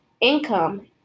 income